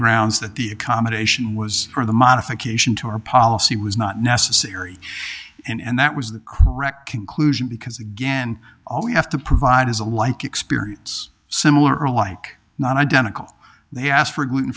grounds that the accommodation was for the modification to our policy was not necessary and that was the correct conclusion because again all we have to provide is a like experience similar alike not identical they asked for